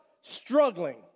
Struggling